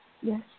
Yes